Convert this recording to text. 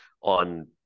on